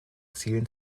zielen